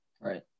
Right